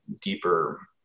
deeper